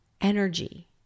energy